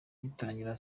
gitangira